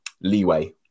leeway